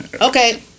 okay